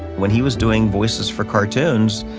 when he was doing voices for cartoons,